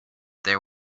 there